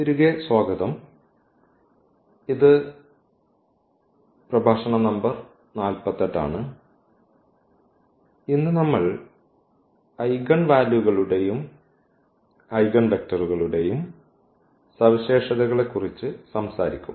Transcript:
തിരികെ സ്വാഗതം ഇത് പ്രഭാഷണ നമ്പർ 48 ആണ് ഇന്ന് നമ്മൾ ഐഗൻവാല്യൂകളുടെയും ഐഗൻവെക്ടറുകളുടെയും സവിശേഷതകളെക്കുറിച്ച് സംസാരിക്കും